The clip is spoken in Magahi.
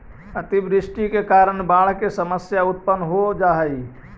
अतिवृष्टि के कारण बाढ़ के समस्या उत्पन्न हो जा हई